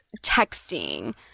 texting